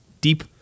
deep